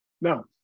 No